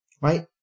right